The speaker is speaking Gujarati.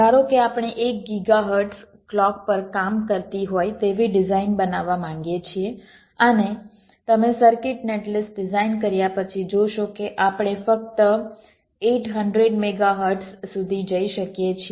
ધારો કે આપણે એક ગીગા હર્ટ્ઝ ક્લૉક પર કામ કરતી હોય તેવી ડિઝાઇન બનાવવા માંગીએ છીએ અને તમે સર્કિટ નેટલિસ્ટ ડિઝાઇન કર્યા પછી જોશો કે આપણે ફક્ત 800 મેગા હર્ટ્ઝ સુધી જઈ શકીએ છીએ